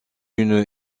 une